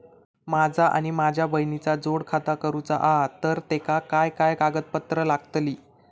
माझा आणि माझ्या बहिणीचा जोड खाता करूचा हा तर तेका काय काय कागदपत्र लागतली?